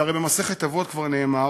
שהרי במסכת אבות כבר נאמר: